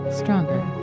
stronger